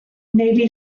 navy